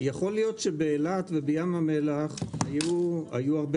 יכול להיות שבאילת ובים המלח היו הרבה